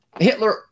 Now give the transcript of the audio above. Hitler